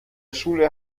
schule